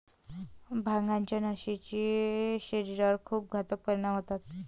भांगाच्या नशेचे शरीरावर खूप घातक परिणाम होतात